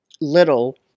little